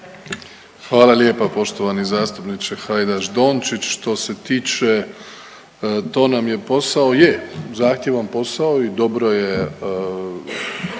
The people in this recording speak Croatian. Hvala lijepa poštovani zastupniče Hajdaš Dončić. Što se tiče „to nam je posao“ je, zahtjevan posao i dobro je